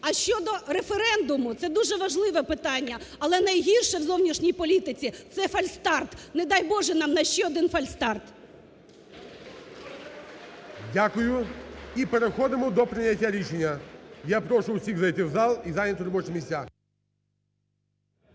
А щодо референдуму, це дуже важливе питання. Але найгірше в зовнішній політиці – це фальстарт. Не дай Боже, нам на ще один фальстарт. ГОЛОВУЮЧИЙ. Дякую. І переходимо до прийняття рішення. Я прошу усіх зайти в зал і зайняти робочі місця.